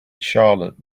charlotte